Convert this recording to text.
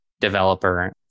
developer